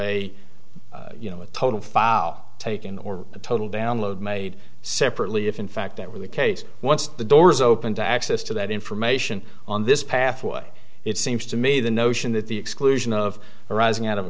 a you know a total taking or a total download made separately if in fact that were the case once the door is open to access to that information on this pathway it seems to me the notion that the exclusion of arising out of